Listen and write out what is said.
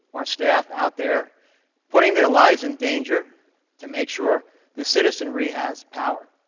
our staff out there putting their lives in danger to make sure the citizenry has power.